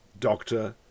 Doctor